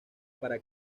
para